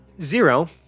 Zero